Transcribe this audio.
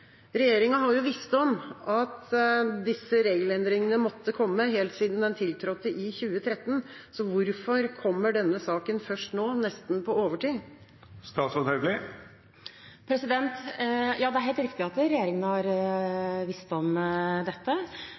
Regjeringa har visst om at disse regelendringene måtte komme helt siden den tiltrådte i 2013. Så hvorfor kommer denne saken først nå – nesten på overtid? Det er helt riktig at regjeringen har visst om dette.